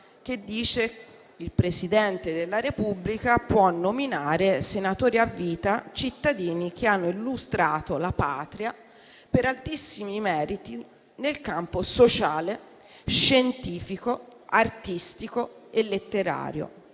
che dice: «Il Presidente della Repubblica può nominare senatori a vita cittadini che hanno illustrato la Patria per altissimi meriti nel campo sociale, scientifico, artistico e letterario.